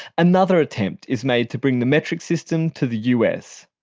another attempt is made to bring the metric system to the u s.